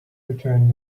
return